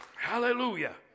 Hallelujah